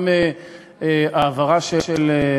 גם העברה של,